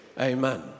Amen